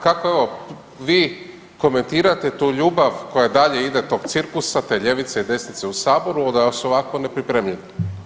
Kako evo vi komentirate tu ljubav koja dalje ide, tog cirkusa, te ljevice i desnice u saboru da su ovako nepripremljeni.